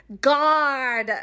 God